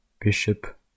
bishop